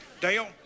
Dale